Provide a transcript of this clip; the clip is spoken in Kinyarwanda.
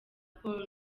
paul